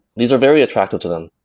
these are very attractive to them,